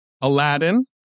aladdin